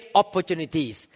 opportunities